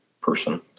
person